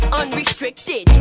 unrestricted